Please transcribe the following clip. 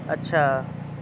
اچھا